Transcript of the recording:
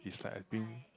it's like I think